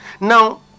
Now